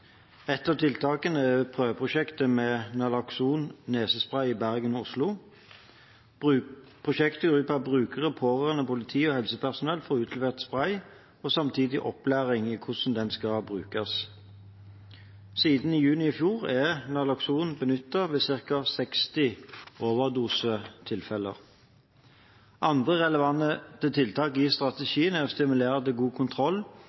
Oslo. Prosjektet går ut på at brukere, pårørende, politi og helsepersonell får utlevert spray og samtidig opplæring i hvordan den skal brukes. Siden juni i fjor er nalokson benyttet ved ca. 60 overdosetilfeller. Andre relevante tiltak i strategien er å stimulere til god kontroll